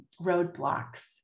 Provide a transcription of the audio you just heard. roadblocks